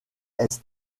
est